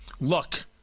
Look